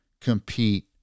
compete